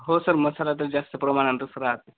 हो सर मसाला तर जास्त प्रमाणातच राहते